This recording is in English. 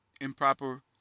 improper